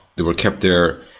they were kept there.